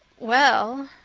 well,